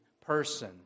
person